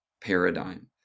paradigm